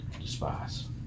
despise